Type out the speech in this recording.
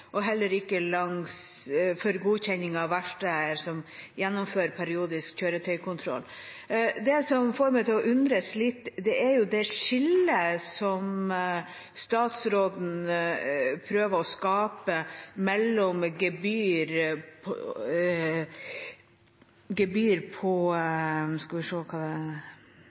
og heller ikke for godkjenning av verksteder som gjennomfører periodisk kjøretøykontroll. Det som får meg til å undres litt, er det skillet som statsråden prøver å skape mellom gebyr for godkjenning av verksteder og gebyr for kontroll langs vei. På side 8 i proposisjonen er det